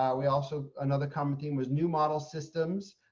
um we also, another common theme was new model systems,